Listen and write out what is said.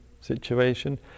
situation